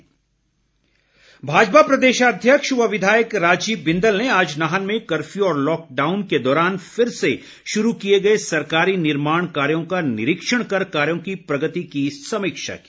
बिंदल भाजपा प्रदेश अध्यक्ष व विधायक राजीव बिंदल ने आज नाहन में कर्फ्यू और लॉकडाउन के दौरान फिर से शुरू किए गए सरकारी निर्माण कार्यों का निरीक्षण कर कार्यों की प्रगति की समीक्षा की